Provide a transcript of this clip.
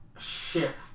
Shift